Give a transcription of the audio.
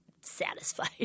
satisfied